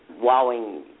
wowing